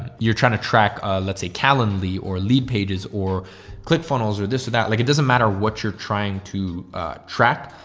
you're trying to track, ah, let's say callan lee or lead pages or click funnels or this or that. like it doesn't matter what you're trying to track,